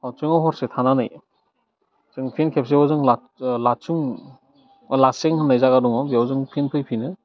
लाटसुङाव हरसे थानानै जों फिन खनसेबाव जों लाटसुं लासें होन्नाय जायगा दङ बेयाव जों फिन फैफिनो